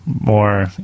more